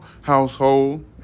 household